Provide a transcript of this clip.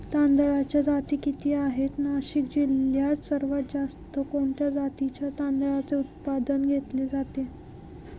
तांदळाच्या जाती किती आहेत, नाशिक जिल्ह्यात सर्वात जास्त कोणत्या जातीच्या तांदळाचे उत्पादन घेतले जाते?